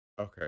Okay